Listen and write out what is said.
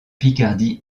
picardie